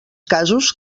casos